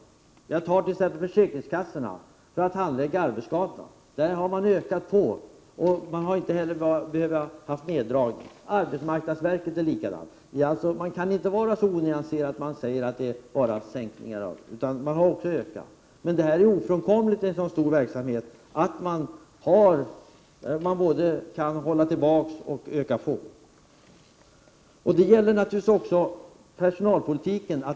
Det gäller t.ex. försäkringskassorna, där vi har ökat på beträffande handläggningen av arbetsskadorna. Där har man inte behövt göra några neddragningar. Detsamma gäller arbetsmarknadsverket. Man får alltså inte vara så onyanserad att man säger att det bara handlar om minskningar. I en så stor verksamhet som det gäller är det ofrånkomligt att man måste kunna både hålla tillbaka och öka på. Detta gäller naturligtvis också personalpolitiken.